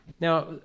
Now